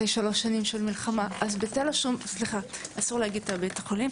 וזאת לאחר שלוש שנים של מלחמה.